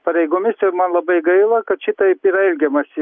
pareigomis ir man labai gaila kad šitaip yra elgiamasi